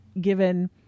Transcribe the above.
given